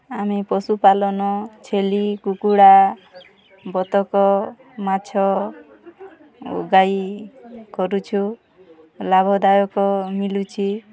ଆମେ ପଶୁପାଲନ୍ ଛେଲି କୁକୁଡ଼ା ବତକ ମାଛ ଆଉ ଗାଈ କରୁଛୁ ଲାଭଦାୟକ ମିଳୁଛି